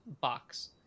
box